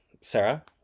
Sarah